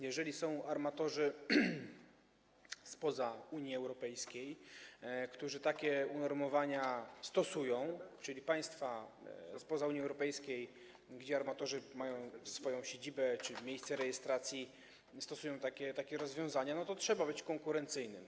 Jeżeli są armatorzy spoza Unii Europejskiej, którzy takie unormowania stosują, czyli państwa spoza Unii Europejskiej, w których armatorzy mają swoją siedzibę czy miejsce rejestracji, stosują takie rozwiązania, to trzeba być konkurencyjnym.